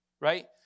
right